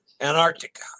Antarctica